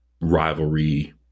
rivalry